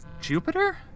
Jupiter